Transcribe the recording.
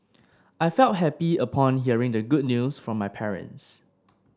I felt happy upon hearing the good news from my parents